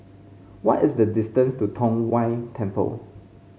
what is the distance to Tong Whye Temple